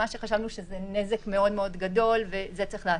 מה שחשבנו שזה נזק מאוד מאוד גדול ואת זה צריך לעצור.